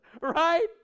Right